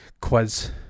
quiz